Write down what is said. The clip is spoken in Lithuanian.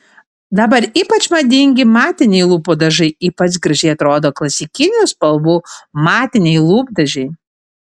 dabar ypač madingi matiniai lūpų dažai ypač gražiai atrodo klasikinių spalvų matiniai lūpdažiai